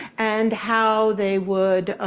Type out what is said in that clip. and how they would